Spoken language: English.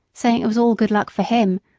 saying it was all good luck for him,